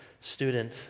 student